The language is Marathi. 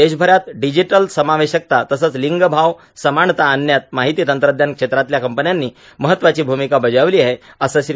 देशभरात डिजिटल समावेशकता तसंच लिंगभाव समानता आणण्यात माहिती तंत्रज्ञान क्षेत्रातल्या कंपन्यांनी महत्वाची भूमिका बजावली आहे असं श्री